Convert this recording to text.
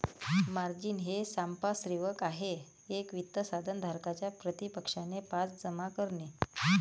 margin हे सांपार्श्विक आहे एक वित्त साधन धारकाच्या प्रतिपक्षाचे पास जमा करणे